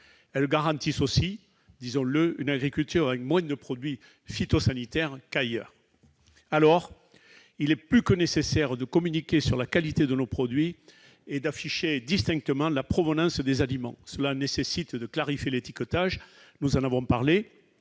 Elles garantissent aussi une agriculture utilisant moins de produits phytosanitaires qu'ailleurs. Il est donc plus que nécessaire de communiquer sur la qualité de nos produits et d'afficher distinctement la provenance des aliments. Cela nécessite de clarifier l'étiquetage, lequel doit être